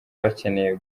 bakeneye